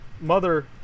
mother